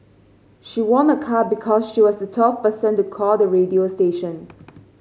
she won a car because she was the twelfth person to call the radio station